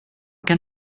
kan